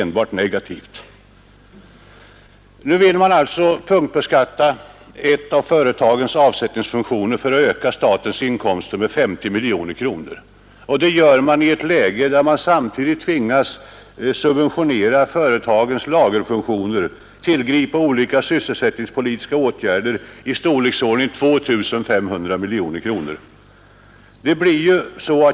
Nu vill man alltså punktbeskatta en av företagens avsättningsfunktioner för att öka statens inkomster med 50 miljoner kronor. Det gör man i ett läge när man samtidigt tvingas subventionera företagens lagerfunktioner, tillgripa olika sysselsättningspolitiska åtgärder som kostar ungefär 2 500 miljoner kronor.